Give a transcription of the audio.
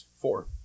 four